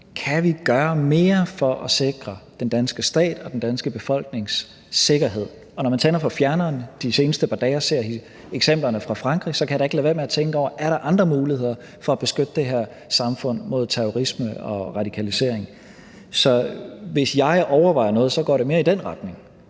Kan vi gøre mere for at sikre den danske stat og den danske befolknings sikkerhed? Og når jeg de seneste par dage har tændt for fjerneren og har set eksemplerne fra Frankrig, har jeg da ikke kunnet lade være med at tænke over: Er der andre muligheder for at beskytte det her samfund mod terrorisme og radikalisering? Så hvis jeg overvejer noget, går det mere i den retning.